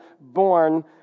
born